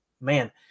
man –